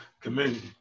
community